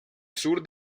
sur